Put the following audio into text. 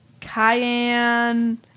cayenne